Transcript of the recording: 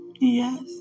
Yes